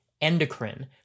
endocrine